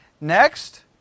Next